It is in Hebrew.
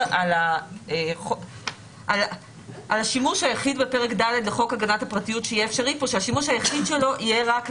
צריך שיהיה גם איזושהי הגדרה שדי שהאזרח מציג אישור